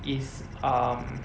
is um